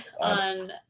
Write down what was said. On